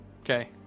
Okay